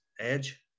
edge